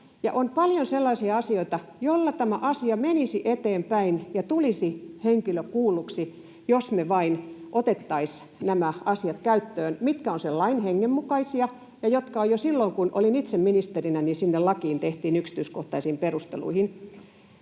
on paljon sellaisia asioita, joilla tämä asia menisi eteenpäin ja tulisi henkilö kuulluksi, jos me vain otettaisiin nämä asiat käyttöön, mitkä ovat sen lain hengen mukaisia ja jotka jo silloin, kun olin itse ministerinä, tehtiin sinne lakiin yksityiskohtaisiin perusteluihin.